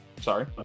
Sorry